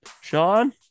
Sean